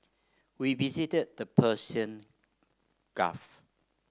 we visited the Persian Gulf